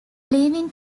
leaving